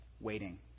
waiting